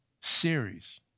series